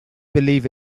believe